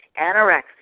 anorexia